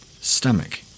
stomach